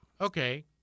Okay